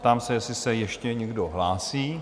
Ptám se, jestli se ještě někdo hlásí?